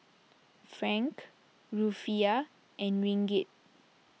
Franc Rufiyaa and Ringgit